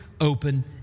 open